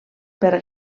per